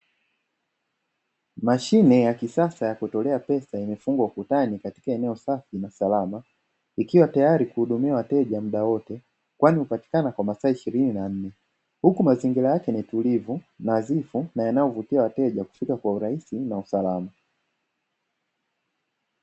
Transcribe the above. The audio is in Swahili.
Mashine ya kisasa ya kutolea pesa imefungwa ukutani katika eneo safi na salama, ikiwa tayari kuhudumia wateja muda wote kwani hupatikana kwa masaa ishirini na nne, huku mazingira yake ni tulivu, nadhifu na yanayovutia wateja kufika kwa urahisi na usalama.